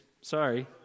sorry